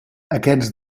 aquests